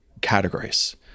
categories